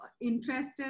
interested